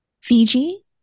Fiji